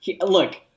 look